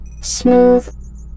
Smooth